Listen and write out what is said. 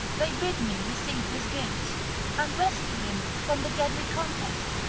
they bid me receive his gifts and rescue him from the deadly contest.